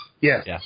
Yes